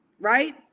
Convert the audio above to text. right